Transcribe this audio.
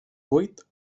buit